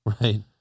Right